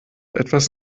etwas